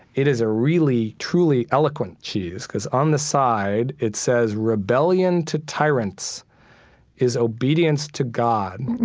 it is a really, truly eloquent cheese, because on the side, it says rebellion to tyrants is obedience to god.